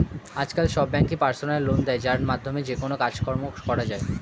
আজকাল সব ব্যাঙ্কই পার্সোনাল লোন দেয় যার মাধ্যমে যেকোনো কাজকর্ম করা যায়